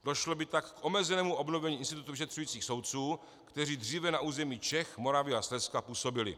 Došlo by tak k omezenému obnovení institutu vyšetřujících soudců, kteří dříve na území Čech, Moravy a Slezska působili.